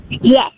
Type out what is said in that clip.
Yes